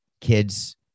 kids